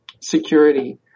security